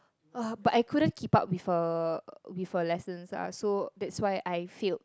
uh but I couldn't keep up with her with her lessons ah that's why I failed